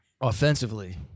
offensively